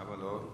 למה לא?